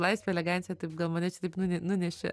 laisvę eleganciją taip gal mane čia taip nu nunešė